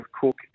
Cook